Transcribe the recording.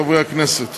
חברי הכנסת,